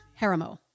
Haramo